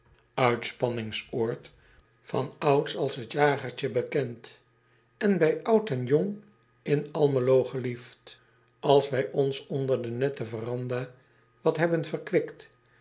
oord van ouds als het jagertje bekend en bij oud en jong in lmelo geliefd ls wij ons onder de nette veranda wat hebben verkwikt